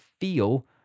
feel